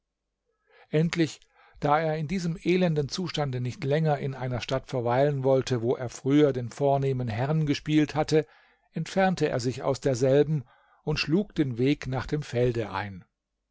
endlich da er in diesem elenden zustande nicht länger in einer stadt verweilen wollte wo er früher den vornehmen herrn gespielt hatte entfernte er sich aus derselben und schlug den weg nach dem felde ein